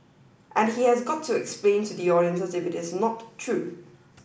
and he has got to explain to the audiences if it is not true